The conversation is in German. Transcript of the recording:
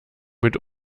mit